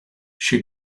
she